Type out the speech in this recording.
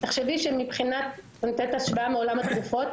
אני אתן השוואה מעולם התרופות,